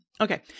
Okay